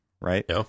right